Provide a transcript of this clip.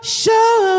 show